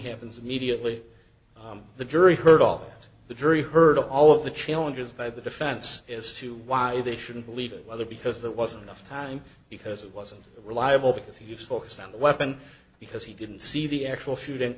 happens immediately the jury heard all the jury heard all of the challenges by the defense as to why they shouldn't believe the other because that wasn't enough time because it wasn't reliable because he was focused on the weapon because he didn't see the actual shooting